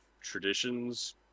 traditions